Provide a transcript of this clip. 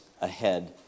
ahead